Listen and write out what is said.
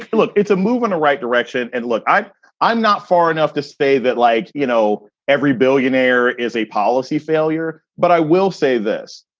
look, it's a move in the right direction. and look, i'm i'm not far enough to say that, like, you know, every billionaire is a policy failure. but i will say this.